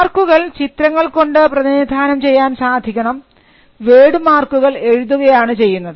മാർക്കുകൾ ചിത്രങ്ങൾ കൊണ്ട് പ്രതിനിധാനം ചെയ്യാൻ സാധിക്കണം വേർഡ് മാർക്കുകൾ എഴുതുകയാണ് ചെയ്യുന്നത്